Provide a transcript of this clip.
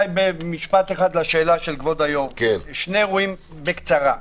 במשפט אחד לשאלה של כבוד היושב-ראש, בקצרה.